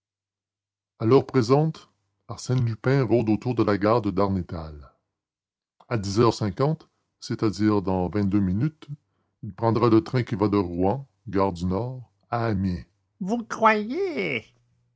l'heure présente arsène lupin rôde autour de la gare de darnétal à dix heures cinquante c'est-à-dire dans vingt-deux minutes il prendra le train qui va de rouen gare du nord à amiens vous croyez